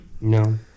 No